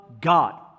God